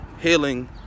healing